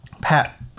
Pat